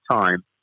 time